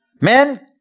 Men